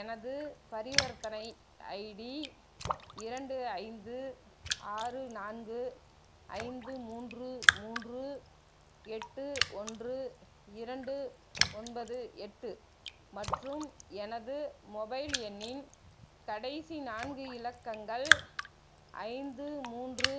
எனது பரிவர்த்தனை ஐடி இரண்டு ஐந்து ஆறு நான்கு ஐந்து மூன்று மூன்று எட்டு ஒன்று இரண்டு ஒன்பது எட்டு மற்றும் எனது மொபைல் எண்ணின் கடைசி நான்கு இலக்கங்கள் ஐந்து மூன்று